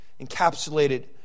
encapsulated